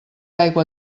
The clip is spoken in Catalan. aigua